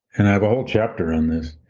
and i have a whole chapter in this,